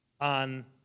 on